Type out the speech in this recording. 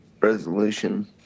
resolution